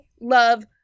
love